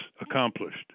accomplished